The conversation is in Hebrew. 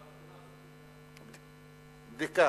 זה לא חקירה, זה בדיקה.